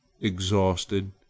Exhausted